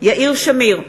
יאיר שמיר,